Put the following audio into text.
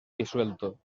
disuelto